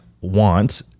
want